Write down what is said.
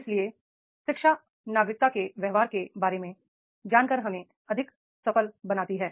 इसलिए शिक्षा नागरिकता के व्यवहार के बारे में जानकर हमें अधिक सफल बनाती है